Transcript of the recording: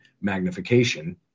magnification